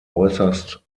äußerst